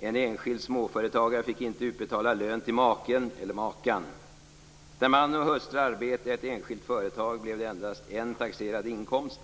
En enskild småföretagare fick inte utbetala lön till maken eller makan. Där man och hustru arbetade i ett enskilt företag blev det endast en taxerad inkomst,